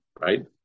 Right